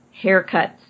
haircuts